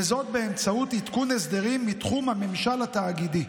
וזאת באמצעות עדכון הסדרים מתחום הממשל התאגידי,